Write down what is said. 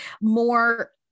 more